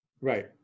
Right